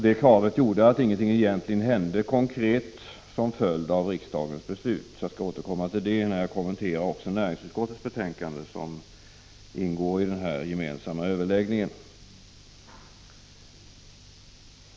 Det kravet gjorde att ingenting egentligen hände konkret som följd av riksdagens beslut. Jag skall återkomma till det när jag kommenterar näringsutskottets betänkande som ingår i den här gemensamma överläggningen.